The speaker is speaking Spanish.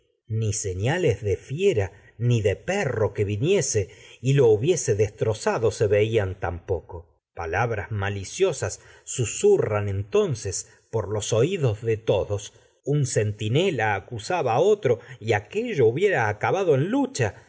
ni señales de fiera se ni de perro que viniese lo hubiese destrozado veían por tampoco palabras un maliciosas centinela susurran entonces los oídos de todos hubiera acusaba a otro y aquello acabado en lucha